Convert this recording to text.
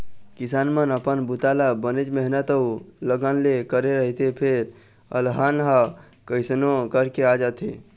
किसान मन अपन बूता ल बनेच मेहनत अउ लगन ले करे रहिथे फेर अलहन ह कइसनो करके आ जाथे